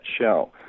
shell